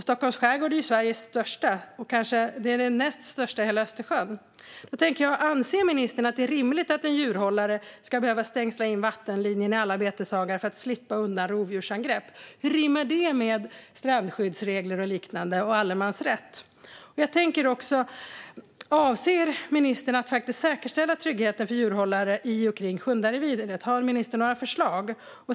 Stockholms skärgård är Sveriges största och den näst största i hela Östersjön. Anser ministern att det är rimligt att en djurhållare ska behöva stängsla in vattenlinjen i alla beteshagar för att slippa undan rovdjursangrepp? Hur rimmar det med strandskyddsregler, allemansrätt och liknande? Jag undrar även om ministern avser att säkerställa tryggheten för djurhållare i och kring Sjundareviret. Har ministern några förslag?